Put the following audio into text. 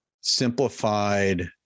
simplified